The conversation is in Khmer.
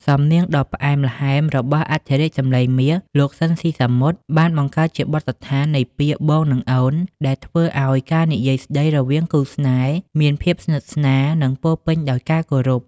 សំនៀងដ៏ផ្អែមល្ហែមរបស់អធិរាជសម្លេងមាស លោក ស៊ីន ស៊ីសាមុត បានបង្កើតជាបទដ្ឋាននៃពាក្យ "បង" និង "អូន" ដែលធ្វើឱ្យការនិយាយស្តីរវាងគូស្នេហ៍មានភាពស្និទ្ធស្នាល និងពោរពេញដោយការគោរព។